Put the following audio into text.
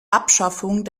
abschaffung